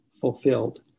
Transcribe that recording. fulfilled